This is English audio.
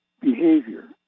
behavior